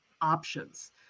options